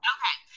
Okay